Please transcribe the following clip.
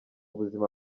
buzima